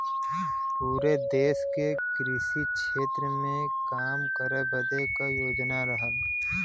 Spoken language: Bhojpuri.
पुरे देस के कृषि क्षेत्र मे काम करे बदे क योजना रहल